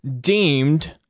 deemed